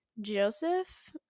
joseph